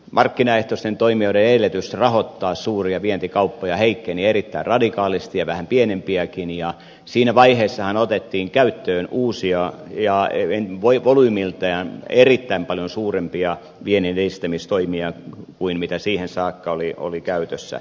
markkinaehtoisten toimijoiden edellytys rahoittaa suuria vientikauppoja ja vähän pienempiäkin heikkeni erittäin radikaalisti ja siinä vaiheessahan otettiin käyttöön uusia ja volyymiltään erittäin paljon suurempia vienninedistämistoimia kuin mitä siihen saakka oli käytössä